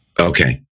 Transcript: Okay